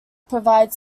provide